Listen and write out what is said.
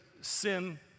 sin